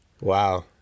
Wow